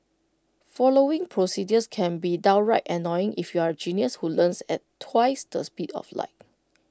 following procedures can be downright annoying if you're A genius who learns at twice the speed of light